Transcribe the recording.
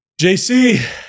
JC